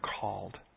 called